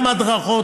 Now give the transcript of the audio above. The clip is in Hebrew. גם הדרכות,